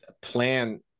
plan